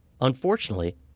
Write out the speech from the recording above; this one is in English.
Unfortunately